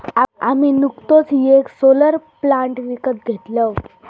आम्ही नुकतोच येक सोलर प्लांट विकत घेतलव